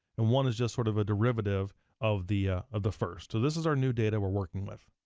and one is just sort of a derivative of the of the first. so this is our new data we're working with.